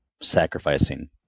sacrificing